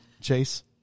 Chase